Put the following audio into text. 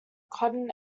cotton